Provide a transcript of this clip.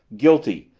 guilty!